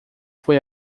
foi